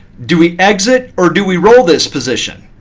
do we exit or do we roll this position?